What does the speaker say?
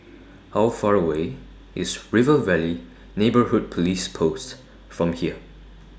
How Far away IS River Valley Neighbourhood Police Post from here